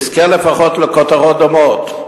יזכה לפחות לכותרות דומות.